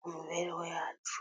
mu mibereho yacu.